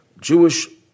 Jewish